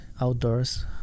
outdoors